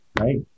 right